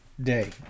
day